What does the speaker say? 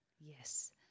Yes